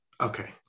Okay